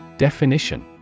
Definition